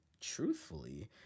truthfully